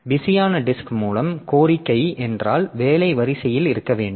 பிஸியான டிஸ்க் மூலம் கோரிக்கை என்றால் வேலை வரிசையில் இருக்க வேண்டும்